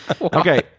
Okay